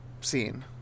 scene